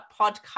podcast